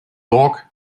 dog